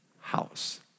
house